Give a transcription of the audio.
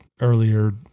earlier